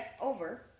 over